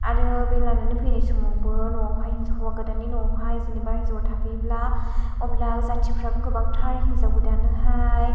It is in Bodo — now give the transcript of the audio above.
आरो बे लानानै फैनाय समावबो न'आवहाय हौवा गोदाननि न'आवहाय जेनोबा हिन्जावा थाफैब्ला अब्ला जाथिफ्राबो गोबांथार हिन्जाव गोदाननो हाय